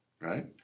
right